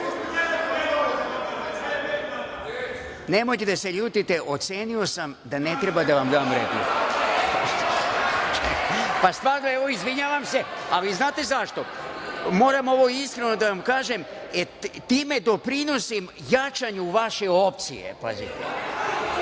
da se ljutite, ocenio sam da ne treba da vam dam repliku. Stvarno, izvinjavam se, ali znate zašto? Moram ovo iskreno da vam kažem, time doprinosim jačanju vaše opcije, da